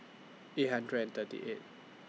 eight hundred and thirty eight